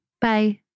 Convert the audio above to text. Bye